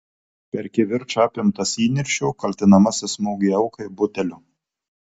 per kivirčą apimtas įniršio kaltinamasis smogė aukai buteliu